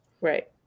Right